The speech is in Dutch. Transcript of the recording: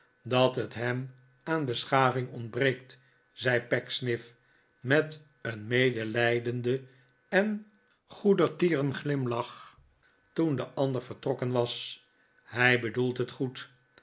dat het hem aan beschaving ontbreekt zei pecksniff met een medelijdenden en goedertieren glimlach toen de ander vertrokken was hij bedoelt het goed